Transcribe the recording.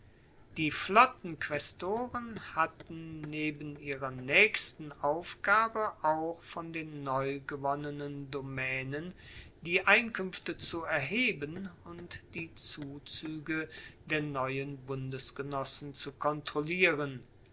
die flottenquaestoren hatten neben ihrer naechsten aufgabe auch von den neugewonnenen domaenen die einkuenfte zu erheben und die zuzuege der neuen bundesgenossen zu kontrollieren